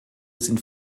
sind